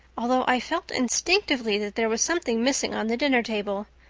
although i felt instinctively that there was something missing on the dinner table.